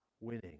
winning